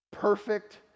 perfect